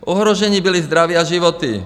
Ohrožené bylo zdraví a životy.